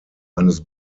eines